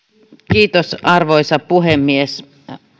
arvoisa puhemies